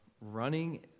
running